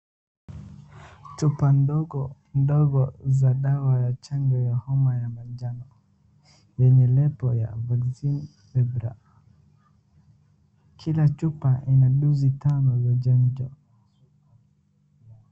Chupa ndogo ndogo za dawa ya chanjo ya homa ya manjano yenye lebo ya vaccine fever . Kila chupa ina dozi tano za chanjo.